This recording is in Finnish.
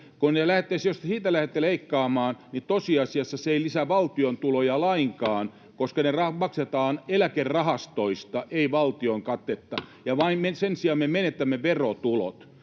Jos te siitä lähdette leikkaamaan, niin tosiasiassa se ei lisää valtion tuloja lainkaan, koska ne maksetaan eläkerahastoista, ei valtion katteesta, ja sen sijaan me menetämme verotulot,